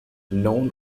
known